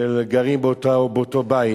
שגרים באותו בית.